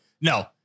no